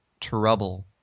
Trouble